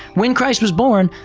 when christ was born,